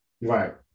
Right